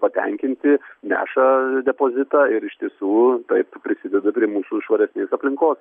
patenkinti neša depozitą ir iš tiesų taip prisideda prie mūsų švaresnės aplinkos